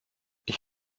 ich